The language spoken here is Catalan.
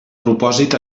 propòsit